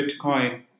Bitcoin